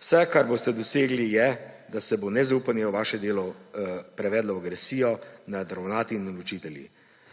Vse, kar boste dosegli, je, da se bo nezaupanje v vaše delo prevedlo v agresijo nad ravnatelji in učitelji.